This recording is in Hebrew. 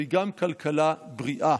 זוהי גם כלכלה בריאה.